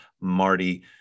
Marty